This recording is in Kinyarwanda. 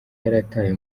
yarataye